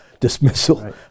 dismissal